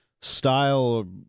style